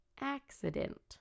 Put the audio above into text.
accident